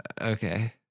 Okay